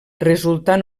resultar